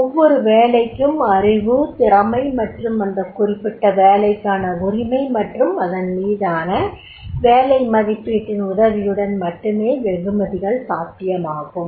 ஒவ்வொரு வேலைக்கும் அறிவு திறமை மற்றும் அந்த குறிப்பிட்ட வேலைக்கான உரிமை மற்றும் அதன்மீதான வேலை மதிப்பீட்டின் உதவியுடன் மட்டுமே வெகுமதிகள் சாத்தியமாகும்